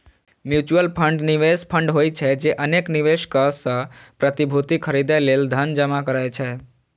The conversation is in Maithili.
म्यूचुअल फंड निवेश फंड होइ छै, जे अनेक निवेशक सं प्रतिभूति खरीदै लेल धन जमा करै छै